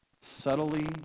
subtly